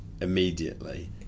immediately